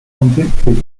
convicted